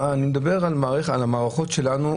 אני מדבר על המערכות שלנו,